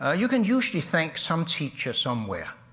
ah you can usually thank some teacher somewhere.